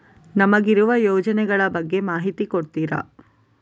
ನಮಗಿರುವ ಯೋಜನೆಗಳ ಬಗ್ಗೆ ಮಾಹಿತಿ ಕೊಡ್ತೀರಾ?